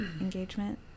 engagement